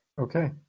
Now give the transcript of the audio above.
Okay